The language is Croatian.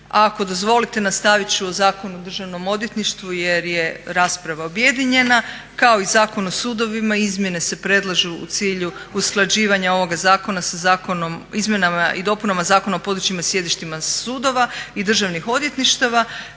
Ako dozvolite nastavit ću o Zakonu o državnom odvjetništvu jer je rasprava objedinjena. Kao i Zakon o sudovima izmjene se predlažu u cilju usklađivanja ovoga zakona Zakonom, izmjenama i dopunama Zakona o područjima i sjedištima sudova i državnih odvjetništava.